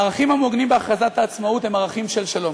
הערכים המעוגנים בהכרזת העצמאות הם ערכים של שלום.